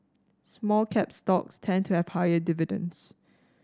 small cap stocks tend to have higher dividends